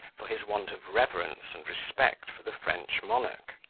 for his want of reverence and respect for the french monarch.